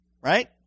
right